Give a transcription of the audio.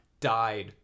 died